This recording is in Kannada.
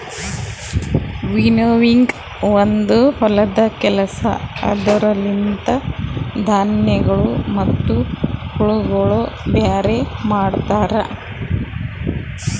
ವಿನ್ನೋವಿಂಗ್ ಒಂದು ಹೊಲದ ಕೆಲಸ ಅದುರ ಲಿಂತ ಧಾನ್ಯಗಳು ಮತ್ತ ಹುಳಗೊಳ ಬ್ಯಾರೆ ಮಾಡ್ತರ